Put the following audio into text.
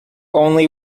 only